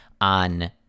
on